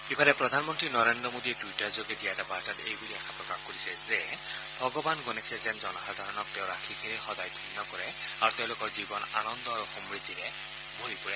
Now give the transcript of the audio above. ইফালে প্ৰধানমন্ত্ৰী নৰেন্দ্ৰ মোদীয়ে টুইটাৰযোগে দিয়া এটা বাৰ্তাত এই বুলি আশা প্ৰকাশ কৰিছে যে ভগৱান গণেশে যেন জনসাধাৰণক তেওঁৰ আশিসেৰে সদায় ধন্য কৰে আৰু তেওঁলোকৰ জীৱন আনন্দ আৰু সমূদ্ধিৰে ভৰি পৰে